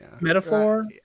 Metaphor